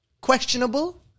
questionable